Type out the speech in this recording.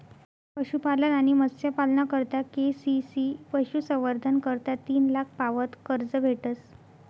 पशुपालन आणि मत्स्यपालना करता के.सी.सी पशुसंवर्धन करता तीन लाख पावत कर्ज भेटस